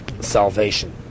salvation